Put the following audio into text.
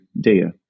dear